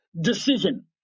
decision